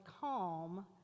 calm